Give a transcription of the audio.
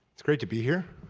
it is great to be here.